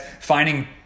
finding